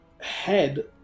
head